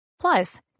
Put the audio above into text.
Plus